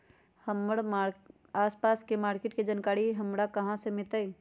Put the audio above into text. हमर आसपास के मार्किट के जानकारी हमरा कहाँ से मिताई?